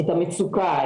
את המצוקה,